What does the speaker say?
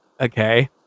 Okay